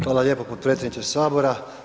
Hvala lijepo potpredsjedniče Sabora.